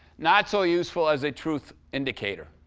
not so useful as a truth indicator.